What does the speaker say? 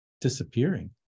disappearing